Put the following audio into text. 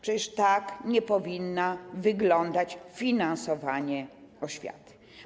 Przecież tak nie powinno wyglądać finansowanie oświaty.